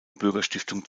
bürgerstiftung